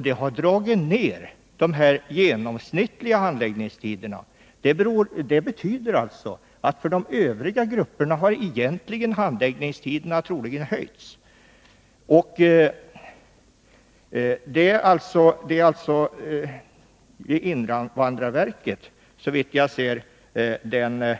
Det har dragit ner siffran för de genomsnittliga handläggningstiderna, vilket betyder att handläggningstiderna för de övriga grupperna troligen har ökat. Detta är såvitt jag kan förstå